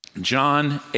John